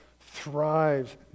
thrives